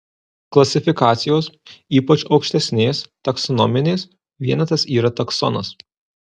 klasifikacijos ypač aukštesnės taksonominės vienetas yra taksonas